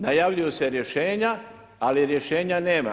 Najavljuju se rješenja ali rješenja nema.